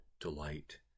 delight